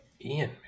Ian